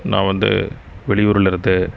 நான் வந்து வெளியூரில் இருந்து